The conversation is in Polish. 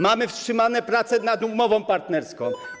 Mamy wstrzymane prace nad umową partnerską.